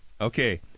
Okay